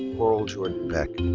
coral jordan beck.